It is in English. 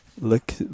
look